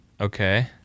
Okay